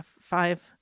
five